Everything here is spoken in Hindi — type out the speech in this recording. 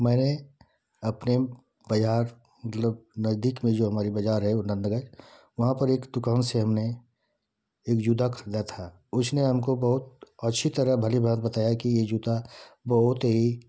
मैंने अपने बाजार मतलब नजदीक में जो हमारी जो बाजार है वो वहाँ पर एक दुकान से हमने एक जूता खरीदा था उसने हमको बहुत अच्छी तरह भली भांति बताया कि ये जूता बहुत ही